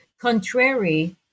Contrary